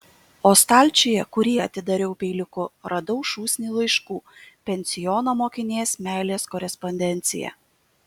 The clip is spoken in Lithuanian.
o stalčiuje kurį atidariau peiliuku radau šūsnį laiškų pensiono mokinės meilės korespondenciją